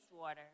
water